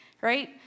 Right